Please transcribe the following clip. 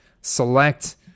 Select